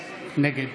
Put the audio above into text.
נגד